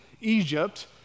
Egypt